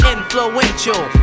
Influential